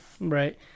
Right